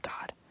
God